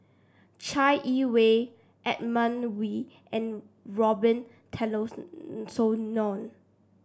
Chai Yee Wei Edmund Wee and Robin